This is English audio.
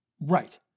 right